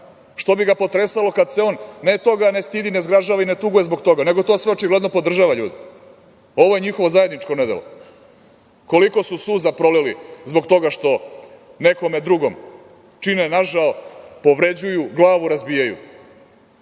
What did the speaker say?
Što bi ga potresalo kada se on toga ne stidi, ne zgražava i ne tuguje zbog toga, nego to sve, očigledno, podržava, ljudi. Ovo je njihovo zajedničko nedelo. Koliko su suza prolili zbog toga što nekome drugom čine nažao, povređuju, glavu razbijaju?